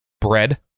Bread